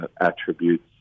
attributes